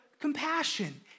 compassion